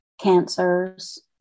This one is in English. cancers